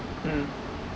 mm